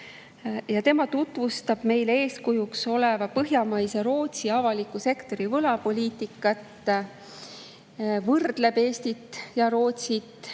Tema tutvustab meile eeskujuks oleva põhjamaise Rootsi avaliku sektori võlapoliitikat, ta võrdleb Eestit ja Rootsit